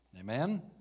Amen